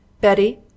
Betty